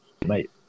mate